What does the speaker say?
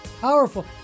powerful